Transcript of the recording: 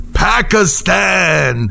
pakistan